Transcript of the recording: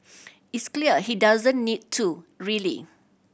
it's clear she doesn't need to really